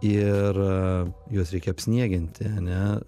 ir juos reikia apsnieginti ane